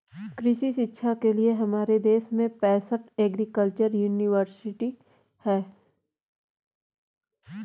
कृषि शिक्षा के लिए हमारे देश में पैसठ एग्रीकल्चर यूनिवर्सिटी हैं